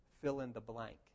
fill-in-the-blank